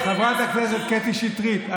חברת הכנסת קטי שטרית,